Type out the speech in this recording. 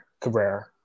Cabrera